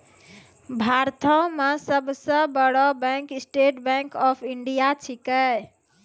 भारतो मे सब सं बड़ो bank State Bank of India छिकै